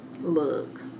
Look